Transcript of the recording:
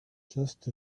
just